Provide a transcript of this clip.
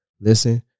listen